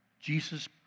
Jesus